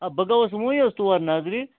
ہا بہٕ گووُس وُنۍ حظ تور نظرِ